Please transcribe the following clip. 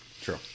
True